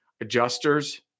adjusters